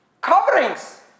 coverings